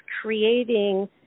creating